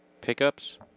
pickups